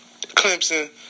Clemson